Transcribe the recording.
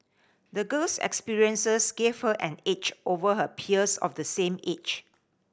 the girl's experiences gave her an edge over her peers of the same age